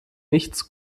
nichts